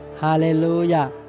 Hallelujah